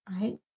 right